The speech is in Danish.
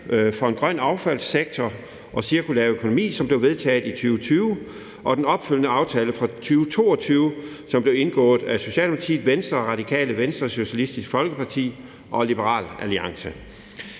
for en grøn affaldssektor og cirkulær økonomi, som blev vedtaget i 2020, og den opfølgende aftale fra 2022, som blev indgået af Socialdemokratiet, Venstre, Radikale Venstre, Socialistisk Folkeparti og Liberal Alliance.